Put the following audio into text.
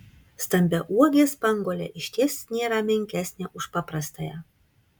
stambiauogė spanguolė išties nėra menkesnė už paprastąją